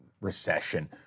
recession